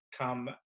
come